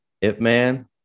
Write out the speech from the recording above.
If-Man